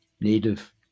native